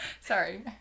Sorry